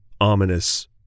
ominous